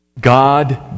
God